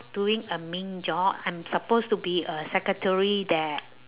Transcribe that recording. doing admin job I'm supposed to be a secretary that